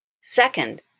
Second